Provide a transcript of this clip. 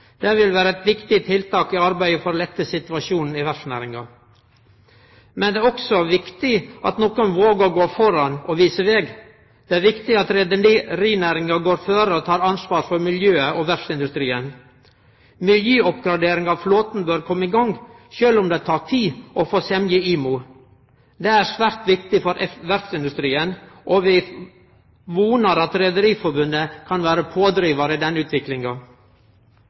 Det vil vere eit viktig tiltak i arbeidet for å lette situasjonen i verftsnæringa. Men det er også viktig at nokon vågar å gå føre og vise veg. Det er viktig at reiarnæringa går føre og tek ansvar for miljøet og verftsindustrien. Miljøoppgraderingar av flåten bør kome i gang sjølv om det tek tid å få semje i IMO. Dette er svært viktig for verftsindustrien, og vi vonar at Rederiforbundet kan vere ein pådrivar i denne utviklinga.